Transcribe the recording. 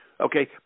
okay